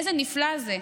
איזה נפלא זה.